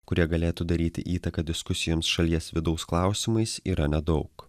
kurie galėtų daryti įtaką diskusijoms šalies vidaus klausimais yra nedaug